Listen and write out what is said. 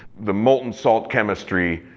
the molten salt chemistry.